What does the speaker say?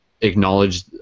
acknowledge